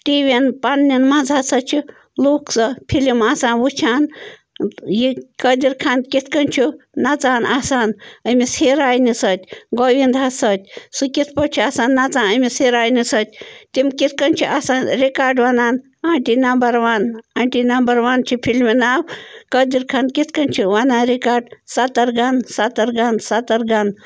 T V ین پنٕنٮ۪ن منٛز ہَسا چھِ لوٗکھ سۅ فِلم آسان وُچھان یہِ قٲدِر خان کِتھٕ کٔنۍ چھُ نَژان آسان أمِس ہیٖروینہِ سۭتۍ گووینٛداہس سۭتۍ سُہ کِتھٕ پٲٹھۍ چھُ آسان نَژان أمِس ہیٖروینہِ سۭتۍ تِم کِتھٕ کٔنۍ چھِ آسان ریکارڈ وَنان aunty number one aunty number one چھِ فِلمہِ ناو قٲدِر خان کِتھٕ کٔنۍ چھُ وَنان ریکارڈ سَترگن سَترگن سَترگن